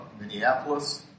Minneapolis